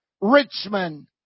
Richmond